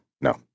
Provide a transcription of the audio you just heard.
No